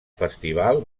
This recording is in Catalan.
festival